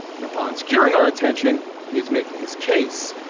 and upon securing our attention, he is making his case.